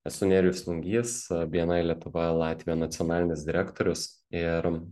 esu nerijus lungys bni lietuva latvija nacionalinis direktorius ir